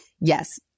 yes